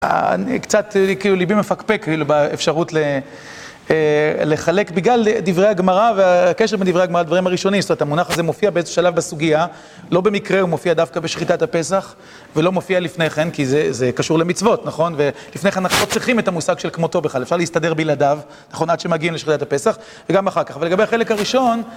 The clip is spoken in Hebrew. אני קצת, כאילו, ליבי מפקפק באפשרות לחלק, בגלל דברי הגמרא והקשר בין דברי הגמרא, הדברים הראשונים. זאת אומרת, המונח הזה מופיע באיזשהו שלב בסוגיה, לא במקרה הוא מופיע דווקא בשחיטת הפסח, ולא מופיע לפני כן, כי זה קשור למצוות, נכון? ולפני כן אנחנו לא צריכים את המושג של "כמותו" בכלל, אפשר להסתדר בלעדיו, נכון? עד שמגיעים לשחיטת הפסח, וגם אחר כך, אבל לגבי החלק הראשון...